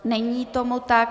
Není tomu tak.